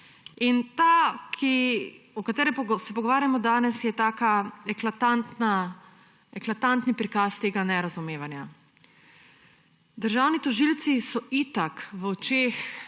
In ta, o katerem se pogovarjamo danes, je tak eklatanten prikaz tega nerazumevanja. Državni tožilci so itak v očeh